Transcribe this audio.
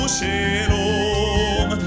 Shalom